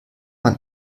man